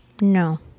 No